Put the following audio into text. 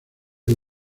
del